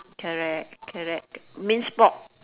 correct correct minced pork